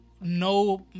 no